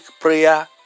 prayer